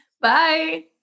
Bye